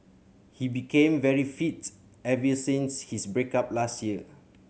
he became very fit ever since his break up last year